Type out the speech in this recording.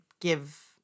give